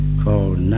called